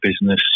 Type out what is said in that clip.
business